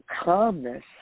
calmness